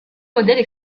modèles